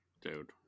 Dude